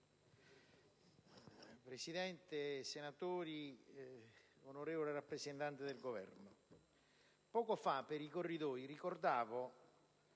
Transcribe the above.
Presidente, onorevoli senatori, onorevole rappresentante del Governo, poco fa per i corridoi ricordavo